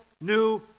new